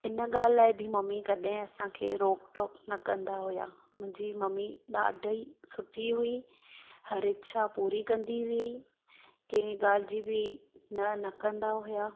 इन ॻाल्हि लाइ बि ममी कॾहिं असांखे रोक टोक न कंदा होया मुंहिंजी ममी ॾाढा ई सुठी हुई हर इच्छा पूरी कंदी हुई कें ॻाल्हि जी बि न न कंदा हुआ